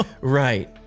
right